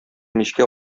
мичкә